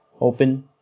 open